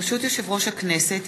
ברשות יושב-ראש הכנסת,